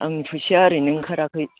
आंनि फैसाया ओरैनो ओंखाराखै